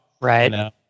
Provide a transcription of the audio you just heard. Right